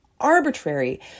arbitrary